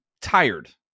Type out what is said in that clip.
tired